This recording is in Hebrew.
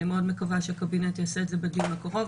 אני מאוד מקווה שהקבינט יעשה את זה בדיון הקרוב.